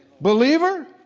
Believer